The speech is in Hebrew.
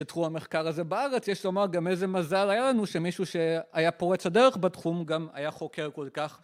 בתחום המחקר הזה בארץ, יש לומר גם איזה מזל היה לנו שמישהו שהיה פורץ הדרך בתחום גם היה חוקר כל כך